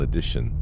Edition